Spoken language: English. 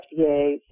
FDA